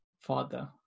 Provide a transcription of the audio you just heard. father